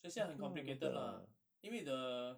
很像很 complicated lah 因为 the